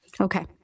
Okay